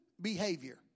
behavior